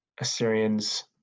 Assyrians